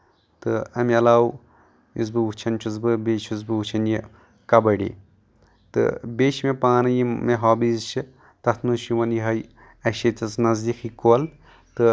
تہٕ اَمہِ علاوٕ یُس بہٕ وٕچھان چھُس بیٚیہِ چھُس بہٕ وٕچھان کبڈی تہٕ بیٚیہِ چھِ مےٚ پانہٕ یِم مےٚ ہوبیٖز چھِ تَتھ منٛز چھُ یِوان یِہے اَسہِ چھِ ییٚتَس نزدیٖکے کۄل